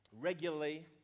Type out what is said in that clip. regularly